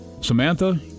Samantha